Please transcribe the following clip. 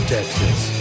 Texas